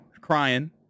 crying